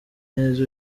neza